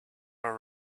are